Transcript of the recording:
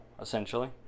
essentially